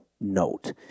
note